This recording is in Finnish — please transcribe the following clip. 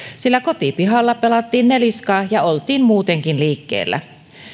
sillä kotipihalla pelattiin neliskaa ja oltiin muutenkin liikkeellä